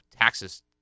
taxes